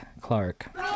Clark